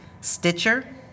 Stitcher